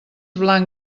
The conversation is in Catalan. blanc